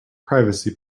privacy